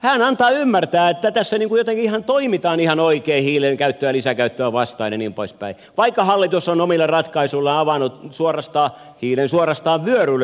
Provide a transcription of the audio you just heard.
hän antaa ymmärtää että tässä jotenkin toimitaan ihan oikein hiilen lisäkäyttöä vastaan ja niin pois päin vaikka hallitus on omilla ratkaisuillaan avannut suorastaan hiilen vyörylle suomeen tien